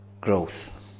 growth